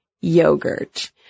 yogurt